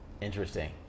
Interesting